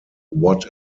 what